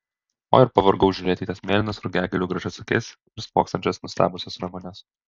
o ir pavargau žiūrėti į tas mėlynas rugiagėlių gražias akis ir spoksančias nustebusias ramunes